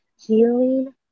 healing